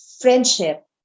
friendship